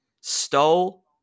stole